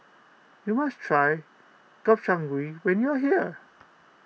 you must try Gobchang Gui when you are here